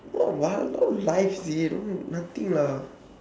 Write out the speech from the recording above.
no no life seh no nothing lah